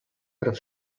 per